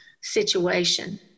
situation